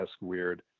weird